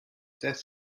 death